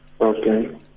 Okay